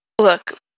Look